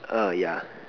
err yeah